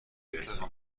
رسی